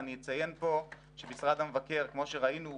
ואני אציין פה שמשרד המבקר כמו שראינו,